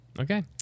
Okay